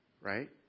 right